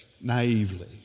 naively